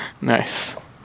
Nice